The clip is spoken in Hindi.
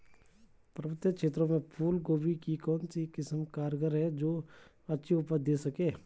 पर्वतीय क्षेत्रों में फूल गोभी की कौन सी किस्म कारगर है जो अच्छी उपज दें सके?